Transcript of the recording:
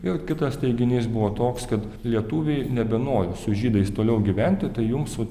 ir kitas teiginys buvo toks kad lietuviai nebenori su žydais toliau gyventi tai jums vat